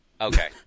Okay